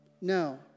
No